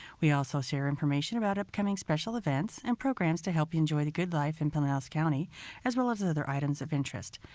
we also share information about upcoming special events and programs to help you enjoy the good life in pinellas county as well as other items of interest.